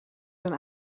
zijn